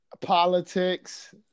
politics